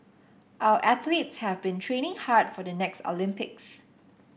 our athletes have been training hard for the next Olympics